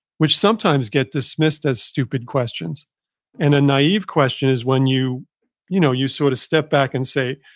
which sometimes get dismissed as stupid questions and a naive question is when you you know you sort of step back and say,